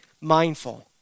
mindful